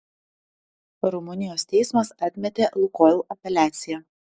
rumunijos teismas atmetė lukoil apeliaciją